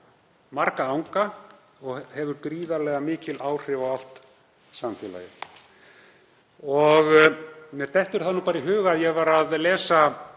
marga anga og hefur gríðarlega mikil áhrif á allt samfélagið. Mér dettur í hug að ég var að glugga